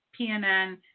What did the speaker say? PNN